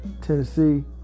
Tennessee